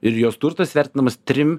ir jos turtas vertinamas trim